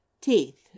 Teeth